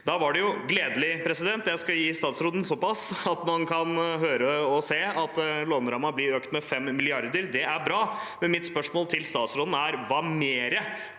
Da var det gledelig, jeg skal gi statsråden såpass, at man kan høre og se at lånerammen blir økt med 5 mrd. kr. Det er bra. Men mitt spørsmål til statsråden er: Hva mer